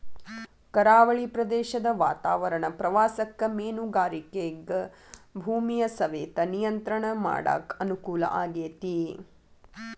ಕರಾವಳಿ ಪ್ರದೇಶದ ವಾತಾವರಣ ಪ್ರವಾಸಕ್ಕ ಮೇನುಗಾರಿಕೆಗ ಭೂಮಿಯ ಸವೆತ ನಿಯಂತ್ರಣ ಮಾಡಕ್ ಅನುಕೂಲ ಆಗೇತಿ